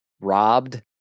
robbed